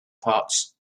parts